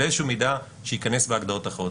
אלא איזה מידע שייכנס בהגדרות האחרות.